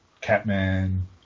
Catman